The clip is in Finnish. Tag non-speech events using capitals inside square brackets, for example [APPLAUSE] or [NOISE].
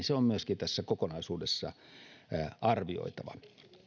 [UNINTELLIGIBLE] se on myöskin tässä kokonaisuudessa arvioitava